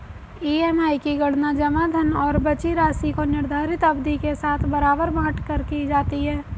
EMI की गणना जमा धन और बची राशि को निर्धारित अवधि के साथ बराबर बाँट कर की जाती है